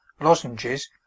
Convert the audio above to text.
lozenges